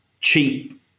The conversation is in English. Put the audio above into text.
cheap